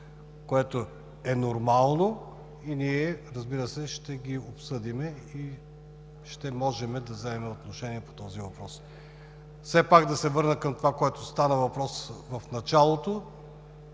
което е нормално и ние ще ги обсъдим и ще можем да вземем отношение по тези въпроси. Все пак ще се върна към това, за което стана въпрос в началото